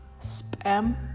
spam